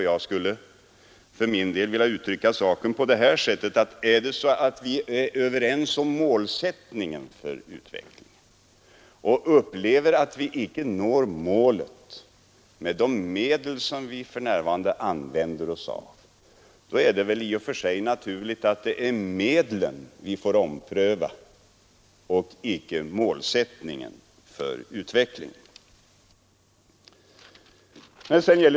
Jag skulle för min del vilja uttrycka saken på det sättet, att är vi överens om målsättningen för utvecklingen och finner att vi inte når målet med de medel som vi för närvarande använder oss av, då är det i och för sig naturligt att det är medlen vi får ompröva och inte målsättningen för utvecklingen.